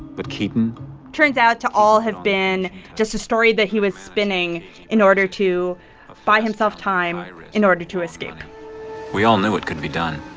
but keaton. it turns out to all have been just a story that he was spinning in order to buy himself time in order to escape we all knew it couldn't be done.